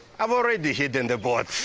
i've already hidden the boat.